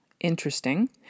Interesting